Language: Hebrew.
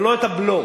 ולא את הבלו,